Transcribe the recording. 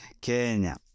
Kenya